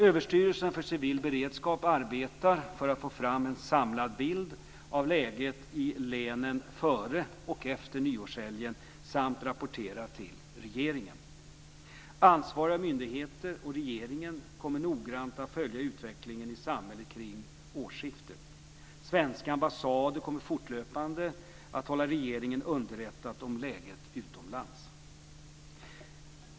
Överstyrelsen för civil beredskap arbetar för att få fram en samlad bild av läget i länen före och efter nyårshelgen samt rapportera till regeringen. Ansvariga myndigheter och regeringen kommer noggrant att följa utvecklingen i samhället kring årsskiftet. Svenska ambassader kommer fortlöpande att hålla regeringen underrättad om läget utomlands.